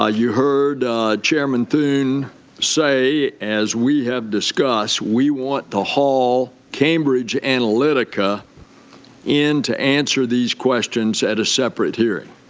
ah you heard chairman thune say, as we have discussed, we want to hall cambridge analytica in to answer these questions at a separate hearing.